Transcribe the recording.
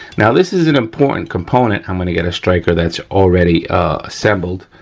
now this is an important component, i'm gonna get a striker that's already assembled.